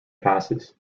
passes